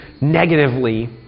negatively